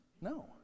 No